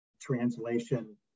translation